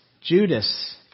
Judas